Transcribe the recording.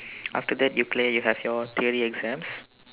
after that you clear you have your theory exams